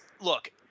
look